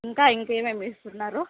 ఇంకా ఇంకేమెమీ ఇస్తున్నారు